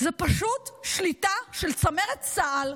זו פשוט שליטה של צמרת צה"ל,